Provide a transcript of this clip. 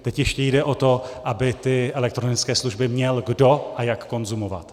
Teď ještě jde o to, aby ty elektronické služby měl kdo a jak konzumovat.